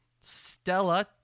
Stella